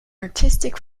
artistic